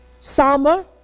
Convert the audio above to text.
summer